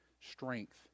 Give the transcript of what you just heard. strength